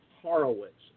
Horowitz